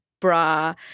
bra